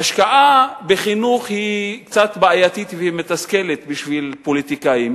שהשקעה בחינוך היא קצת בעייתית ומתסכלת בשביל פוליטיקאים,